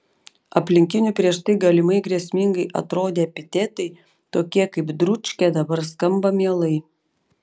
aplinkinių prieš tai galimai grėsmingai atrodę epitetai tokie kaip dručkė dabar skamba mielai